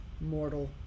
mortal